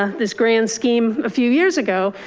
ah this grand scheme, a few years ago,